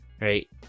right